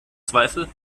zweifel